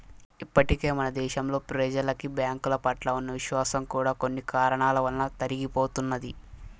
ఇప్పటికే మన దేశంలో ప్రెజలకి బ్యాంకుల పట్ల ఉన్న విశ్వాసం కూడా కొన్ని కారణాల వలన తరిగిపోతున్నది